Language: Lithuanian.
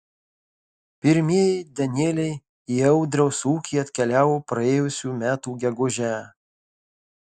pirmieji danieliai į audriaus ūkį atkeliavo praėjusių metų gegužę